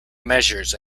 measures